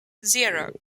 zero